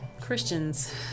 Christians